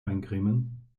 eincremen